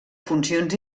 funcions